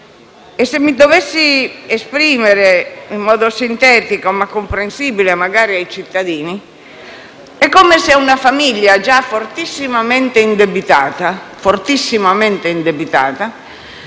Se mi dovessi esprimere in modo sintetico, ma comprensibile ai cittadini, è come se una famiglia già fortissimamente indebitata tornasse da